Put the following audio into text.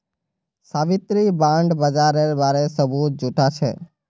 Savitri bond बाजारेर बारे सबूत जुटाछेक